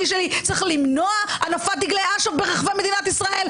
שלי צריך למנוע הנפת דגלי אש"ף ברחבי מדינת ישראל?